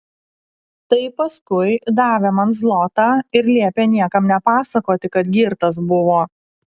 tai paskui davė man zlotą ir liepė niekam nepasakoti kad girtas buvo